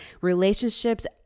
Relationships